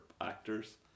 actors